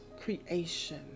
creation